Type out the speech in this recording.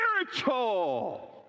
spiritual